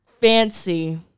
fancy